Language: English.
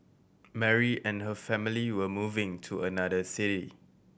Mary and her family were moving to another city